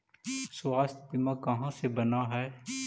स्वास्थ्य बीमा कहा से बना है?